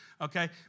okay